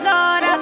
Lord